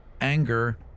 anger